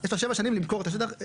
יש לה שבע שנים למכור את השטח,